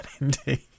indeed